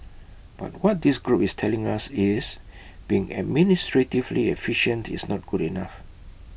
but what this group is telling us is being administratively efficient is not good enough